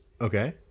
Okay